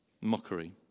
Mockery